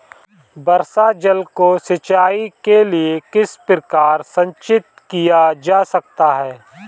वर्षा जल को सिंचाई के लिए किस प्रकार संचित किया जा सकता है?